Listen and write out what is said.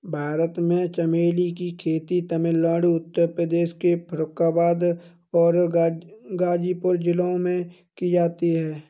भारत में चमेली की खेती तमिलनाडु उत्तर प्रदेश के फर्रुखाबाद और गाजीपुर जिलों में की जाती है